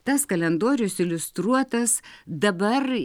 tas kalendorius iliustruotas dabar